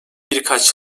birkaç